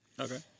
Okay